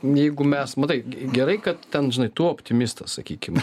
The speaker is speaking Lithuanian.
jeigu mes matai gerai kad ten žinai tu optimistas sakykim